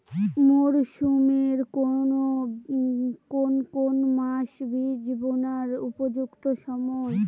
মরসুমের কোন কোন মাস বীজ বোনার উপযুক্ত সময়?